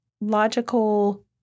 logical